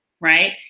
right